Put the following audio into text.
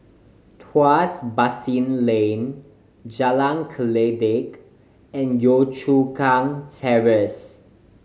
Tuas Basin Lane Jalan Kledek and Yio Chu Kang Terrace